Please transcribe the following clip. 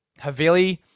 Havili